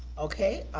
okay,